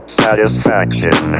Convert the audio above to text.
satisfaction